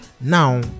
Now